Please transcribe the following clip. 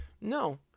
no